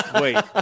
wait